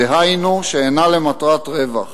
דהיינו, שאינה למטרות רווח.